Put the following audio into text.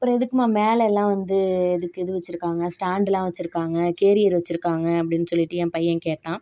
அப்புறம் எதுக்குமா மேலே எல்லாம் வந்து இதுக்கு இது வைச்சிருக்காங்க ஸ்டாண்ட்லாம் வைச்சிருக்காங்க கேரியர் வைச்சிருக்காங்க அப்படின்னு சொல்லிவிட்டு என் பையன் கேட்டான்